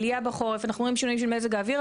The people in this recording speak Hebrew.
עלייה בחורף אנחנו רואים שינויים של מזג האוויר,